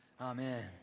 Amen